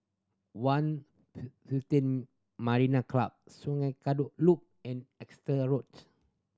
One Fifteen Marina Club Sungei Kadut Loop and Exeter Roads